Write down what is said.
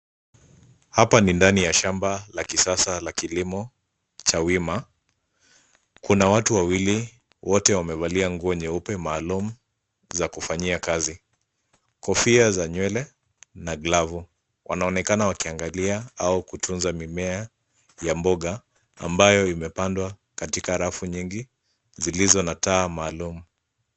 Hapa ni ndani ya shamba la kisasa la kilimo cha wima. Kuna watu wawili wote wamevalia nguo nyeupe maalum za kufanyia kazi, kofia za nywele na glavu. Wanaonekana wakiangalia au kutunza mimea ya mboga ambayo imepandwa katika rafu nyingi zilizo na taa maalum.